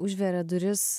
užveria duris